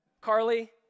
Carly